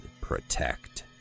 Protect